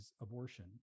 abortion